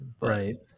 Right